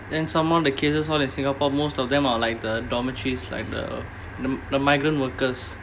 then some more the cases all in singapore most of them are like the dormitories like the the the migrant workers